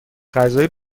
غذای